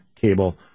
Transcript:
cable